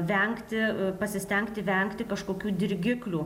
vengti pasistengti vengti kažkokių dirgiklių